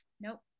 nope